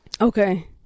Okay